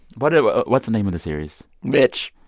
but ah what's the name of the series? mitch.